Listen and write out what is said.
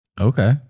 Okay